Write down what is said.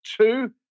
Two